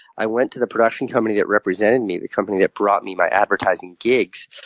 i went to the production company that represented me, the company that brought me my advertising gigs,